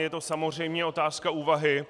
Je to samozřejmě otázka úvahy.